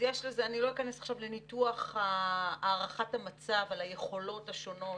אני לא אכנס עכשיו לניתוח הערכת המצב על היכולות השונות,